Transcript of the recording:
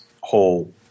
whole